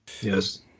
Yes